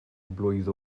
blwydd